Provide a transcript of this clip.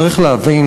צריך להבין: